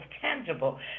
tangible